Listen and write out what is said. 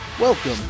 Welcome